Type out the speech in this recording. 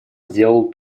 сделал